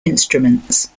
instruments